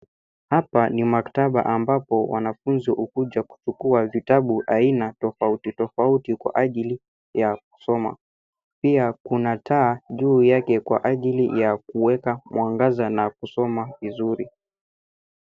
Hapa ni maktaba ambapo wanafunzi hukuja kuchukua vitabu aina tofauti tofauti kwa ajili ya kusoma. Pia kuna taa juu yake kwa ajili ya kuweka mwangaza na kusoma vizuri.